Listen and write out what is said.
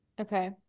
okay